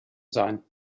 sein